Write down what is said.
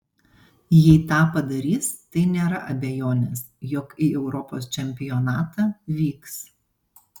jei tą padarys tai nėra abejonės jog į europos čempionatą vyks